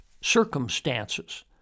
circumstances